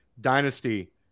Dynasty